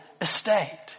estate